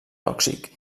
tòxic